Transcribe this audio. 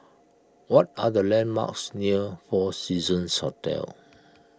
what are the landmarks near four Seasons Hotel